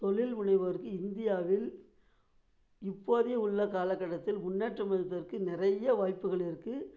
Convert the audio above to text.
தொழில் முனைவோருக்கு இந்தியாவில் இப்போதைய உள்ள காலக்கட்டத்தில் முன்னேற்றம் இருப்பதற்கு நிறைய வாய்ப்புகள் இருக்குது